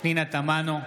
פנינה תמנו,